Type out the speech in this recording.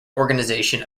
organisation